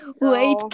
wait